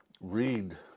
read